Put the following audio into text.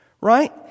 right